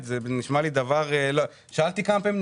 זה נשמע לי דבר שאלתי כמה פעמים את